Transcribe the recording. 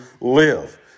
live